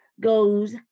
goes